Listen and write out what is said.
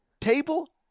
table